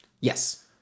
Yes